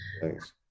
Thanks